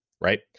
right